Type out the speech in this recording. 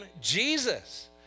Jesus